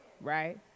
right